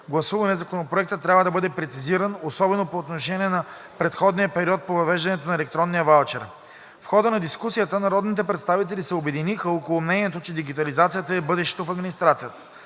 гласуване Законопроектът трябва да бъде прецизиран, особено по отношение на преходния период по въвеждането на електронния ваучер. В хода на дискусията народните представители се обединиха около мнението, че дигитализацията е бъдещето в администрацията.